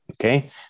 Okay